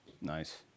Nice